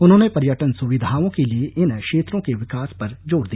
उन्होंने पर्यटन सुविधाओं के लिए इन क्षेत्रों के विकास पर जोर दिया